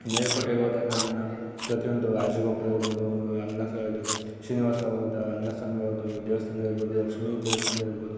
ಮೇಲ್ಕೋಟೆಗೆ ಹೋದಾಗ ಅಲ್ಲಿನ ಪ್ರತಿಯೊಂದು ರಾಜೀವಪ್ಪ ಇರ್ಬೋದು ರಂಗನಾಥ ಇದು ಶ್ರೀನಿವಾಸ್ ಹೌದಾ ರಂಗನಾಥ್ ಸ್ವಾಮಿ ಹೌದು ದೇವಸ್ಥಾನ ಇರ್ಬೋದು ಲಕ್ಷ್ಮೀ ದೇವಸ್ಥಾನ ಇರ್ಬೋದು